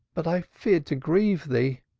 but i feared to grieve thee.